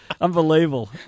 Unbelievable